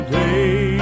day